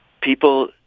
people